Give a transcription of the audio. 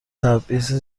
تبعیض